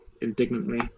indignantly